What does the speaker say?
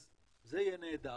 אז זה יהיה נהדר,